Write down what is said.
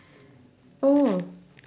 oh